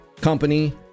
company